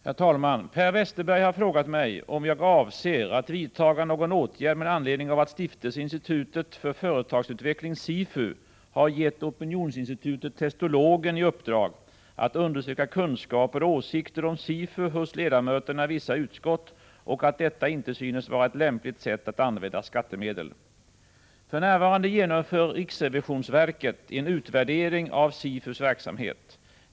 Herr talman! Per Westerberg har, med hänvisning till att detta inte synes vara ett lämpligt sätt att använda skattemedel, frågat mig om jag avser att vidta någon åtgärd med anledning av att Stiftelsen Institutet för företagsutveckling — SIFU — har gett opinionsinstitutet Testologen i uppdrag att undersöka kunskaper och åsikter om SIFU hos ledamöterna i vissa utskott. För närvarande genomför riksrevisionsverket en utvärdering av SIFU:s verksamhet.